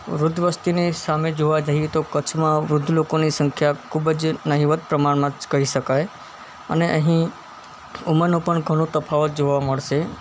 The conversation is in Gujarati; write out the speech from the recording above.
વૃદ્ધ વસ્તીની સામે જોવા જઈએ તો કચ્છમાં વૃદ્ધ લોકોની સંખ્યા ખૂબ જ નહીંવત્ પ્રમાણમાં જ કહી શકાય અને અહીં ઉંમરનો પણ ઘણો તફાવત જોવા મળશે